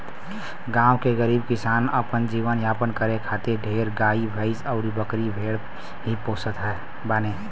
गांव के गरीब किसान अपन जीवन यापन करे खातिर ढेर गाई भैस अउरी बकरी भेड़ ही पोसत बाने